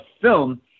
film